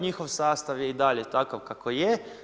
Njihov sastav je i dalje takav kako je.